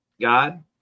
God